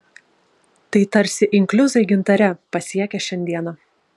tai tarsi inkliuzai gintare pasiekę šiandieną